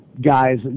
guys